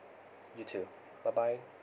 you too bye bye